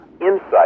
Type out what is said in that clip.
insight